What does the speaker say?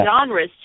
genres